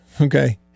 Okay